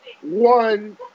one